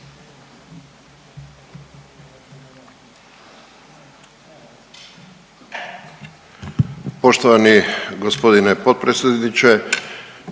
Poštovani g. potpredsjedniče,